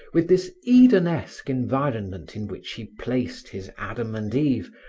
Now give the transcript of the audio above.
with this edenesque environment in which he placed his adam and eve,